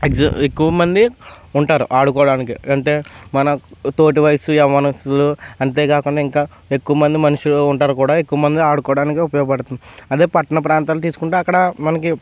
X ఎక్కువమంది ఉంటారు ఆడుకోవడానికి అంటే మన తోటి వయసు మన వయసు అంతేకాకుండా ఇంకా ఎక్కువమంది మనుషులు ఉంటారు కూడా ఎక్కువమంది ఆడుకోవడానికి ఉపయోగపడుతుంది అదే పట్టణ ప్రాంతం తీసుకుంటే అక్కడ మనకి